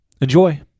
Enjoy